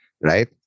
right